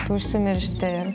tu užsimiršti ir